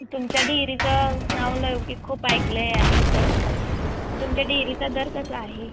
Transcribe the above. तुमच्या डिरीचं नावलौकिक खूप ऐकलं आहे आम्ही इथं तुमच्या डेरीचा दर कसा आहे